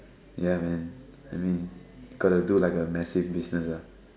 ya man I mean you gotta do like a massive business ah